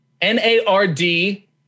N-A-R-D